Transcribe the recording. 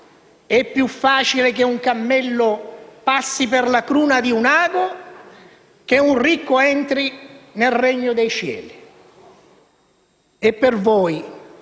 «È più facile che un cammello passi per la cruna di un ago, che un ricco entri nel Regno dei Cieli». E per voi,